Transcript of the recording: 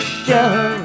show